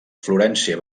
florència